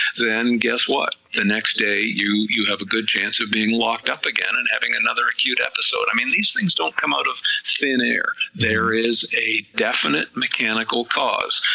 then guess what, the next day you you have a good chance of being locked up again, and having another acute episode, i mean these things don't come out of thin air, there is a definite mechanical cause,